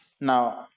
Now